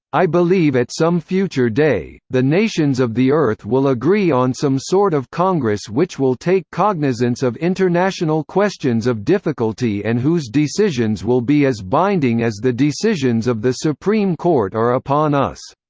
i believe at some future day, the nations of the earth will agree on some sort of congress which will take cognizance of international questions of difficulty and whose decisions will be as binding as the decisions of the supreme court are upon us.